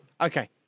Okay